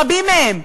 רבים מהם.